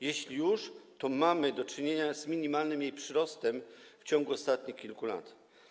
Jeśli już, to mamy do czynienia z minimalnym jej przyrostem w ciągu ostatnich kilku lat.